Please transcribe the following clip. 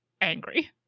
angry